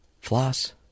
Floss